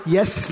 Yes